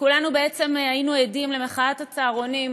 כולנו היינו עדים למחאת הצהרונים,